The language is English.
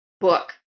book